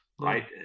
right